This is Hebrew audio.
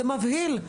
זה מבהיל.